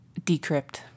decrypt